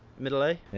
middle a? yeah.